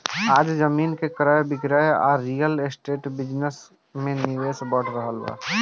आज जमीन के क्रय विक्रय आ रियल एस्टेट बिजनेस में निवेश बढ़ रहल बा